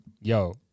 Yo